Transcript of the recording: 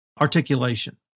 articulation